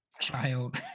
child